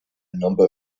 number